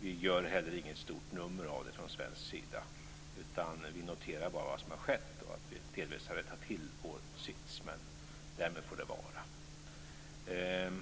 Vi gör heller inget stort nummer av det från svensk sida. Vi noterar bara vad som har skett, och vi har delvis rättat till vår sits, men därmed får det vara.